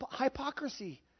hypocrisy